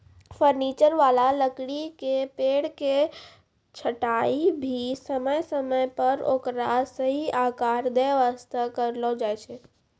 furniture वाला लकड़ी के पेड़ के छंटाई भी समय समय पर ओकरा सही आकार दै वास्तॅ करलो जाय छै